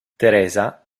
teresa